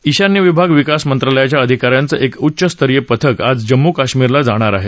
ईशान्य विभाग विकास मंत्रालयाच्या अधिका यांचं एक उच्च स्तरीय पथक आज जम्मू कश्मीरला जाणार आहे